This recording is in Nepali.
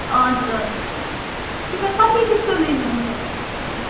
हजुर हजुर त्यही त कति जस्तो लिनुहुन्छ होला